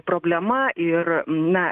problema ir na